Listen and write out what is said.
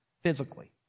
physically